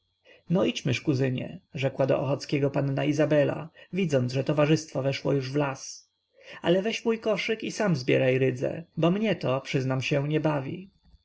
no idźmyż kuzynie rzekła do ochockiego panna izabela widząc że towarzystwo weszło już w las ale weź mój koszyk i sam zbieraj rydze bo mnie to przyznam się nie bawi